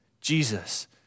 Jesus